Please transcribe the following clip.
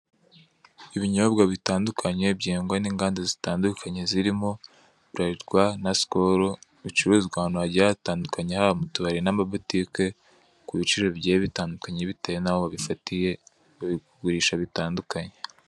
Ibinyobwa bitandukanye byengwa n'inganda zitandukanye zirimo buralirwa na sikolo bicururizwa ahantu hagiya hatandukanye haba mu tubari n'amabutiki ku biciro bigiye bitandukanye bitewe n'aho wabifatiye, babikugurisha bitandukanye.